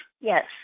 Yes